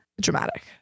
dramatic